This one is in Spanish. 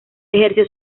ejerció